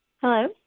Hello